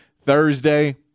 Thursday